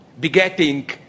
begetting